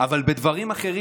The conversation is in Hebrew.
אבל דברים אחרים,